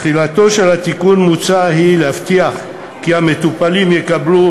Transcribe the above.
תכליתו של התיקון המוצע היא להבטיח כי המטופלים יקבלו